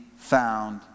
found